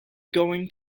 going